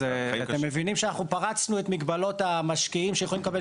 אתם מבינים שפרצנו את מגבלות המשקיעים שיכולים לקבל